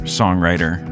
songwriter